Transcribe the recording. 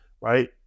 right